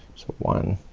one